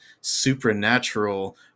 supernatural